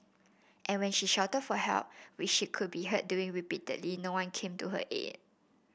and when she shouted for help which she could be heard doing repeatedly no one came to her aid